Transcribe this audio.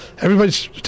Everybody's